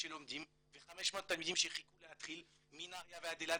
שלומדים ו-500 תלמידים שחיכו להתחיל מנהריה ועד אילת,